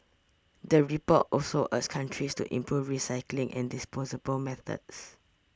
the report also countries to improve recycling and disposable methods